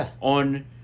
on